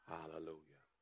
Hallelujah